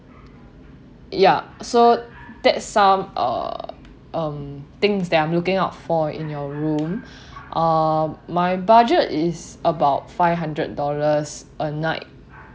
yup so that some uh um things that I'm looking out for in your room uh my budget is about five hundred dollars a night